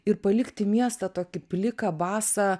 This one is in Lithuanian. ir palikti miestą tokį pliką basą